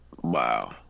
Wow